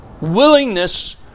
willingness